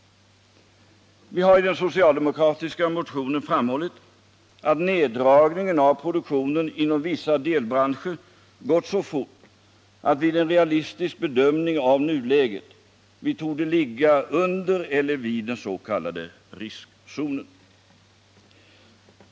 Vi har i den socialdemokratiska motionen framhållit att neddragningen av produktionen inom vissa delbranscher har gått så fort att man vid en realistisk bedömning av nuläget torde ligga inom eller vid den s.k. riskzonen.